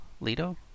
Lido